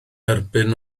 erbyn